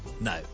No